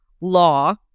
law